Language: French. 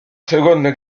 seconde